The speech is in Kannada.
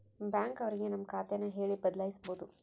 ಬ್ಯಾಂಕ್ ಅವ್ರಿಗೆ ನಮ್ ಖಾತೆ ನ ಹೇಳಿ ಬದಲಾಯಿಸ್ಬೋದು